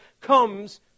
comes